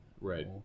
Right